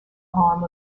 arm